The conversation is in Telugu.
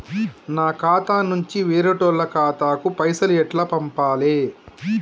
నా ఖాతా నుంచి వేరేటోళ్ల ఖాతాకు పైసలు ఎట్ల పంపాలే?